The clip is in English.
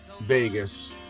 Vegas